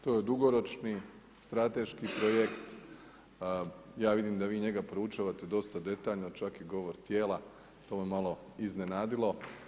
To je dugoročni strateški projekt, ja vidim da vi njega proučavate dosta detaljno, čak i govor tijela, to me malo iznenadilo.